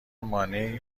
مانعی